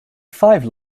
five